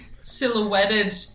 silhouetted